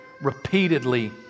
repeatedly